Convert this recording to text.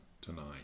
tonight